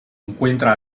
encuentra